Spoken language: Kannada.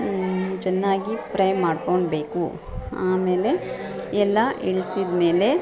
ಚೆನ್ನಾಗಿ ಫ್ರೈ ಮಾಡ್ಕೋಬೇಕು ಆಮೇಲೆ ಎಲ್ಲ ಇಳಿಸಿದ್ಮೇಲೆ